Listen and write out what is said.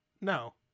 no